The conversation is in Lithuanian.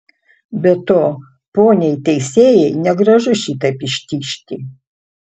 be to poniai teisėjai negražu šitaip ištižti